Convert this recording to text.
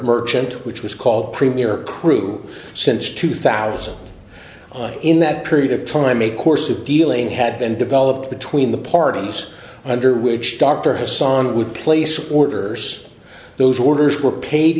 merchant which was called premier crew since two thousand and one in that period of time a course of dealing had been developed between the part of those under which dr hassan would place orders those orders were paid